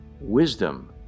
Wisdom